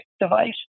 device